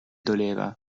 doleva